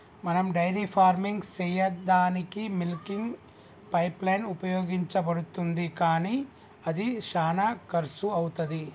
మనం dairy farming సెయ్యదానికీ milking pipeline ఉపయోగించబడుతుంది కానీ అది శానా కర్శు అవుతది